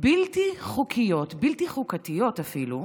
בלתי חוקיות, בלתי חוקתיות אפילו,